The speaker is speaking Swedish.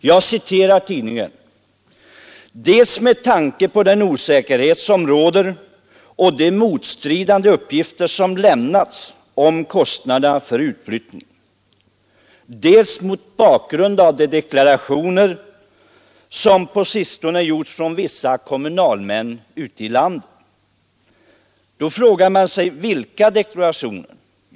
Jag citerar tidningen: ”——— dels med tanke på den osäkerhet som råder och de motstridande uppgifter som lämnats om kostnaderna för utflyttningen, dels mot bakgrund av de deklarationer som på sistone gjorts från vissa kommunalmän ute i landet.” Då frågar man sig: Vilka deklarationer?